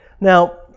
Now